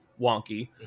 wonky